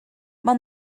maen